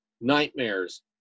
nightmares